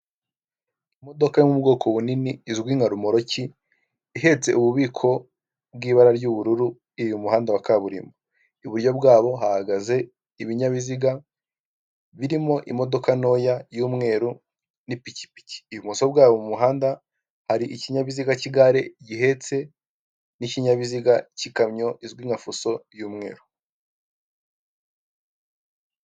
Imodoka yo mu bwoko bunini izwi nka rumoroki, ihetse ububiko bw'ibara ry'ubururu iri mu muhanda wa kaburimbo, iburyo bwabo hahagaze ibinyabiziga birimo imodoka ntoya y'umweru n'ipikipiki, ibumoso bwabo mu muhanda hari ikinyabiziga cy'igare gihetse n'ikinyabiziga cy'ikamyo izwi nka fuso y'umweru.